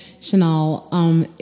Chanel